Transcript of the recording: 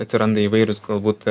atsiranda įvairūs galbūt